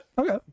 Okay